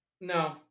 no